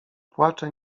płacze